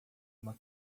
uma